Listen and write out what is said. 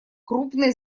крупной